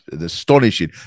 astonishing